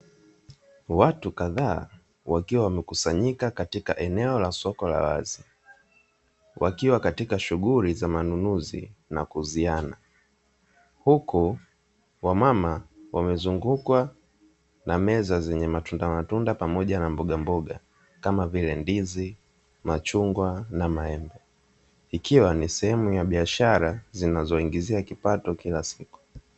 Watu kadhaa wakiwa wamekusanyika katika eneo la soko la wazi wakiwa katika shughuli za manunuzi na kuuziana. Huku, wamama wamezungukwa na meza zenye matunda matunda pamoja na mbogamboga kama vile ndizi, machungwa na maembe. Ikiwa ni sehemu ya biashara zinazowaingizia kipato kila siku.